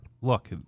Look